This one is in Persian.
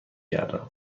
گردم